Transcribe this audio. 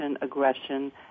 aggression